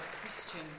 Christian